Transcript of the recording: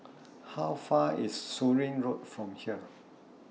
How Far IS Surin Road from here